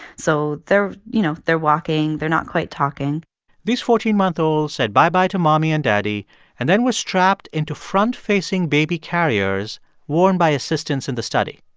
so they're you know, they're walking. they're not quite talking these fourteen month olds said bye-bye to mommy and daddy and then were strapped into front-facing baby carriers worn by assistants in the study.